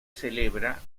celebra